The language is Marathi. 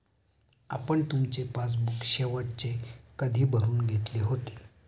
आपण तुमचे पासबुक शेवटचे कधी भरून घेतले होते?